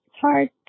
hard